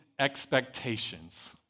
expectations